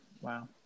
wow